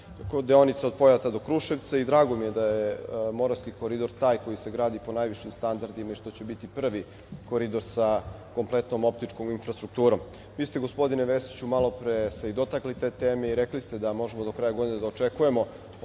deonica od Pojata do Kruševca i drago mi je da je Moravski koridor taj koji se gradi po najvišim standardima i što će biti prvi koridor sa kompletnom optičkom infrastrukturom. Vi ste, gospodine Vesiću, malopre se i dotakli te teme i rekli ste da možemo do kraja godine da očekujemo